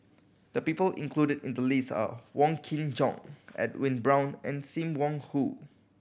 the people included in the list are Wong Kin Jong Edwin Brown and Sim Wong Hoo